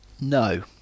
No